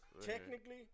technically